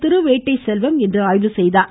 திருவேட்டை செல்வம் இன்று ஆய்வுசெய்தார்